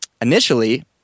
initially